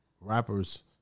Rappers